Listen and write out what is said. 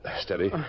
Steady